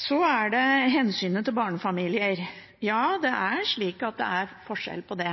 Så er det hensynet til barnefamilier. Ja, det er slik at det er forskjell på det,